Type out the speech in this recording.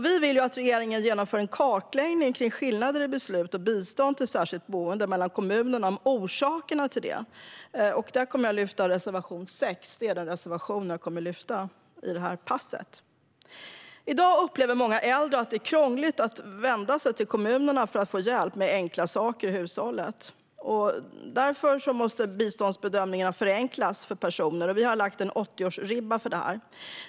Vi vill att regeringen genomför en kartläggning av skillnader mellan kommunerna när det gäller beslut om bistånd till särskilt boende och av orsakerna till dessa. Där kommer jag att lyfta reservation 6. I dag upplever många äldre att det är krångligt att vända sig till kommunen för att få hjälp med enkla saker i hushållet. Därför måste biståndsbedömningen förenklas; vi har lagt en 80-årsribba för detta.